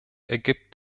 ergibt